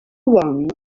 one